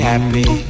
Happy